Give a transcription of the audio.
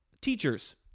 Teachers